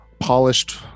polished